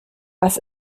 was